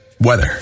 weather